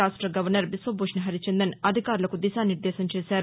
రాష్ట గవర్నర్ బిశ్వభూషణ్ హరిచందన్ అధికారులకు దిశా నిర్దేశం చేశారు